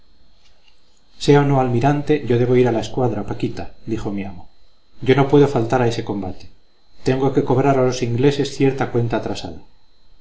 o no almirante yo debo ir a la escuadra paquita dijo mi amo yo no puedo faltar a ese combate tengo que cobrar a los ingleses cierta cuenta